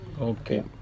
Okay